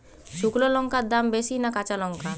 শুক্নো লঙ্কার দাম বেশি না কাঁচা লঙ্কার?